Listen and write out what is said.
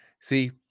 See